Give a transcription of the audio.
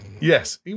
Yes